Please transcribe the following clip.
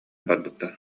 барбыттар